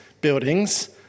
buildings